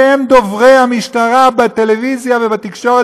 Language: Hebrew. שהם דוברי המשטרה בטלוויזיה ובתקשורת,